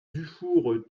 dufour